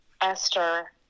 Esther